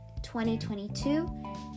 2022